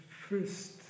first